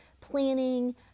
planning